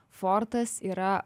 fortas yra